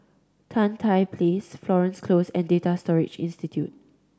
Tan Tye Place Florence Close and Data Storage Institute